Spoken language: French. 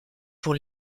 pour